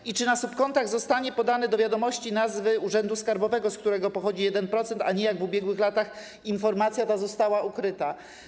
I czy na subkontach zostanie podana do wiadomości nazwa urzędu skarbowego, z którego pochodzi 1%, a nie jak w ubiegłych latach informacja ta była ukryta?